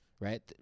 right